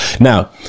Now